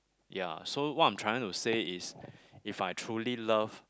ya so what I'm trying to say is if I truly love